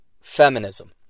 feminism